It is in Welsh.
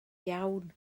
iawn